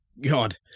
God